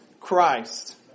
Christ